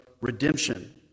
redemption